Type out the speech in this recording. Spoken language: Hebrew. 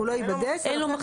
אין לו מחסן.